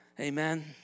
Amen